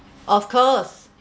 of course